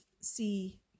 see